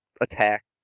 attack